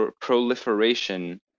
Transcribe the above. proliferation